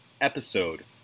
episode